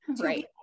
Right